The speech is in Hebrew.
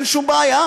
אין שום בעיה,